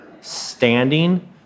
standing